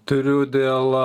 turiu dėl